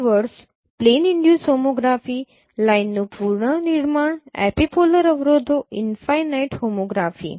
keywords plane induce homography લાઇનનું પુનર્નિર્માણ epipolar અવરોધો ઈનફાઇનાઇટ હોમોગ્રાફી